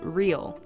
real